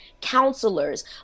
counselors